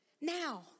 now